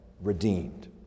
redeemed